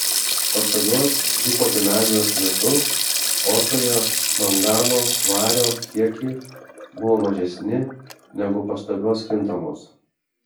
pastovios hipodinamijos metu aortoje mangano vario kiekiai buvo mažesni negu pastovios kintamos